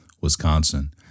Wisconsin